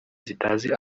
zitazi